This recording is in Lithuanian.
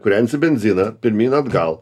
kūrensi benziną pirmyn atgal